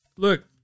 Look